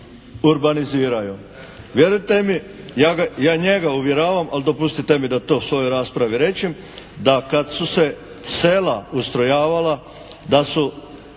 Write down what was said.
urbaniziraju.